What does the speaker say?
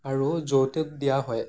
আৰু যৌতুক দিয়া হয়